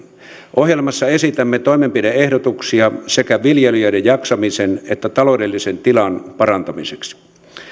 ohjelmassa esitämme toimenpide ehdotuksia sekä viljelijöiden jaksamisen että taloudellisen tilan parantamiseksi